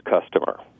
customer